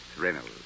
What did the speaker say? Reynolds